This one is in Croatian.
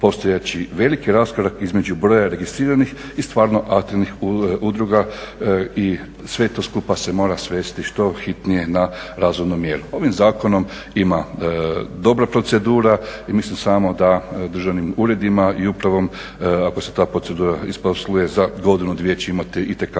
postojeći veliki raskorak između broja registriranih i stvarno aktivnih udruga. Sve to skupa se mora svesti što hitnije na razumnu mjeru. Ovim zakonom ima dobra procedura i mislim samo da državnim uredima i upravom ako se ta procedura isposluje za godinu, dvije će imati itekako